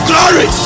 Glory